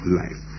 life